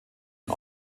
den